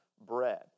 bread